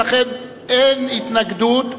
אין התנגדות.